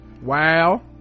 wow